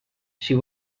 she